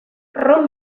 ron